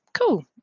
cool